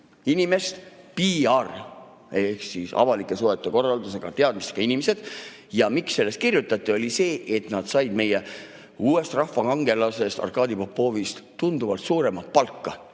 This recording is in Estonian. inimest – PR- ehk avalike suhete korraldamise teadmistega inimesed –, ja põhjus, miks sellest kirjutati, oli see, et nad said meie uuest rahvakangelasest Arkadi Popovist tunduvalt suuremat palka.